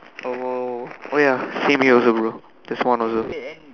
oh !wow! !wow! !wow! oh ya same here also bro just one also